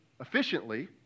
efficiently